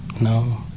No